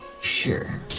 sure